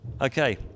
Okay